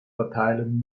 verteilung